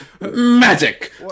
magic